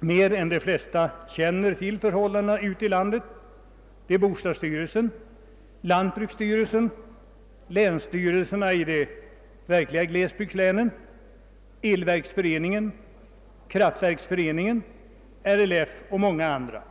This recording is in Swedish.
bättre än de flesta känner till förhållandena ute i landet, det har bostadsstyrelsen, lantbruksstyrelsen och länsstyrelserna i de verkliga glesbygdslänen, det har Elverksföreningen, Kraftverksföreningen, RLF och många andra.